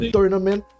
Tournament